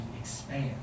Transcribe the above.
expand